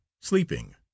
sleeping